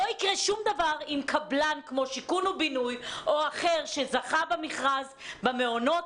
לא יקרה שום דבר לקבלן כמו "שיכון ובינוי" או לאחר שזכה במכרז במעונות,